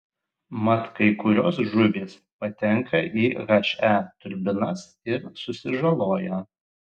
mat kai kurios žuvys patenka į he turbinas ir susižaloja